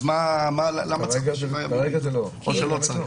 אז למה צריך שבעה ימים?